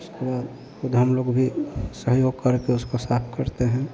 उसको ख़ुद हम लोग भी सहयोग करके उसको साफ करते हैं